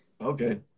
Okay